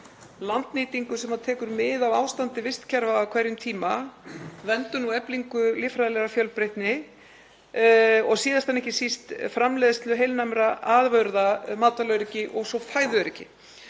landnýtingu sem tekur mið af ástandi vistkerfa á hverjum tíma, verndun og eflingu líffræðilegrar fjölbreytni og síðast en ekki síst framleiðslu heilnæmra afurða, matvælaöryggi og svo fæðuöryggi,